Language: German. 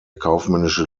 kaufmännische